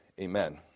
amen